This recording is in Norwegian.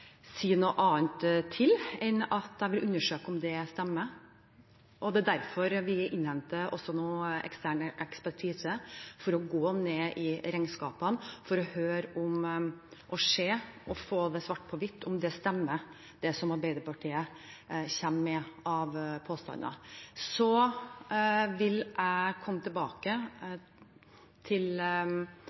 si noe annet om enn at jeg vil undersøke om det stemmer. Det er også derfor vi nå innhenter ekstern ekspertise: for å gå ned i regnskapene, for å høre, se og få svart på hvitt om det stemmer, det som Arbeiderpartiet kommer med av påstander. Så vil jeg komme tilbake til